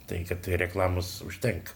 tai kad reklamos užtenka